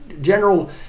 General